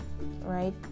right